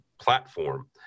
platform